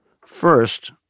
First